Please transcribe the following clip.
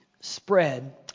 spread